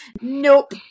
nope